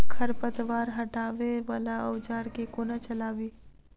खरपतवार हटावय वला औजार केँ कोना चलाबी?